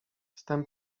jestem